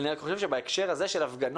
אני רק חושב שבהקשר הזה של הפגנות,